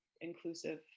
inclusive